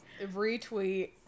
Retweet